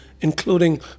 including